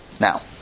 Now